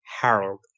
Harold